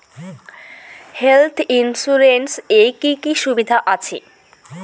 Health insurance এ কি কি সুবিধা আছে?